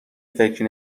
فکر